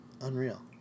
unreal